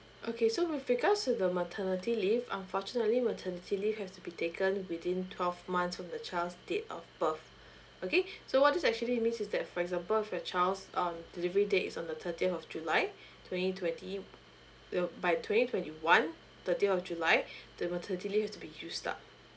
okay so with regards to the maternity leave unfortunately maternity leave have to be taken within twelve months from the child's date of birth okay so what this actually means is that for example if your child's um delivery date is on the thirtieth of july twenty twenty well by twenty twenty one thirtieth of july the maternity leave have to be used up